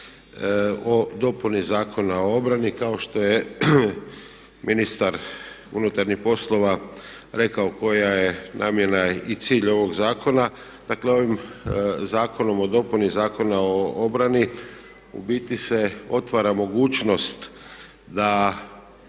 o dopuni Zakona o obrani kao što je ministar unutarnjih poslova rekao koja je namjena i cilj ovog zakona. Dakle ovim Zakonom o dopuni Zakona o obrani u biti se otvara mogućnost da